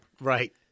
Right